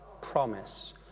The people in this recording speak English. promise